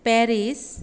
Paris